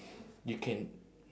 you can